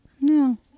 No